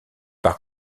par